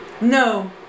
No